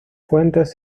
fuentes